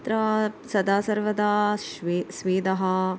तत्र सदा सर्वदा श्वे स्वेदः